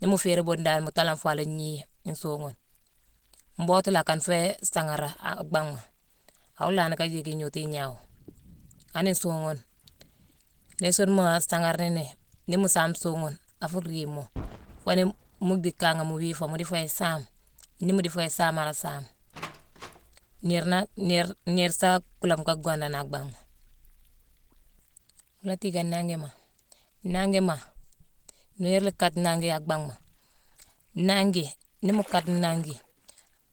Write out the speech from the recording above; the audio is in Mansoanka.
Ne mo ferin bod dan mo talan fo ala nhi nsobun, mboti le a kan fe sanghara a kgbanma a wuo lanne ka nletin inhoto inhauma. Anne nsunghon, ne sonma sanghara ne mo nsunghon a fo grinmo fo ne mo dickama mo wifo mo defo eig sam, ne mo difo eig sam ala sam. Nerna ner ner sa kulam ka wandan na a kgbanma, mo la ticge nangima, nangima ner le kad nangi a kgbanma nangi ne mo kad nangi